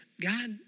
God